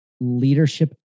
leadership